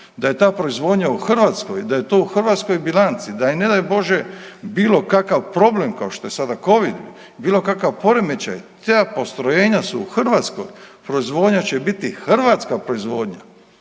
da je ta proizvodnja u Hrvatskoj, da je to u hrvatskoj bilanci, da je ne daj Bože bilo kakav problem, kao što je sada Covid, bilo kakav poremećaj, ta postrojenja su u Hrvatskoj, proizvodnja će biti hrvatska proizvodnja.